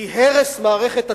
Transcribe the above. כי הרס מערכת התכנון,